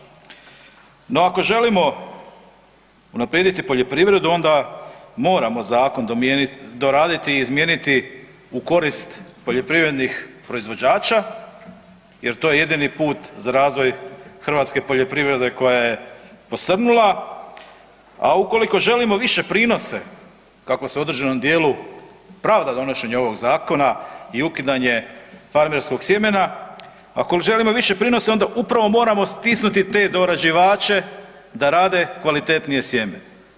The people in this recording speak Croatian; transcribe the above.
No ako želimo unaprijediti poljoprivredu onda moramo zakon doraditi i izmijeniti u korist poljoprivrednih proizvođača jer to je jedini put za razvoj hrvatske poljoprivrede koja je posrnula, a ukoliko želimo više prinose kako se u određenom dijelu pravda donošenje ovog zakona i ukidanje farmerskog sjemena, ako želimo više prinose onda upravo moramo stisnuti te dorađivače da rade kvalitetnije sjeme.